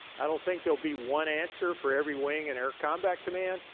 i don't think they'll be one answer for every wing and air combat command,